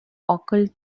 occult